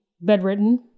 bedridden